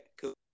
Cool